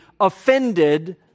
offended